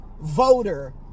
voter